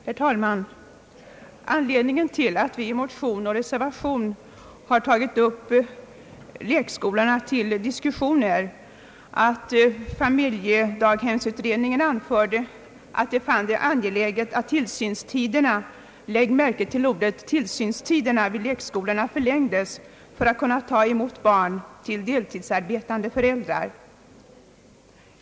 Herr talman! Anledningen till att vi i motion och reservation har tagit upp lekskolorna till diskussion är att familjedaghemsutredningen anförde, att den fann det angeläget att tillsynstiderna — lägg märke till ordet — vid lekskolorna förlängdes så att man kunde ta emot barn till deltidsarbetande föräldrar.